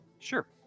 Sure